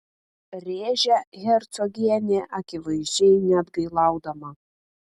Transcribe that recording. rėžia hercogienė akivaizdžiai neatgailaudama